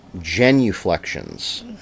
genuflections